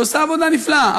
שעושה עבודה נפלאה.